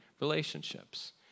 relationships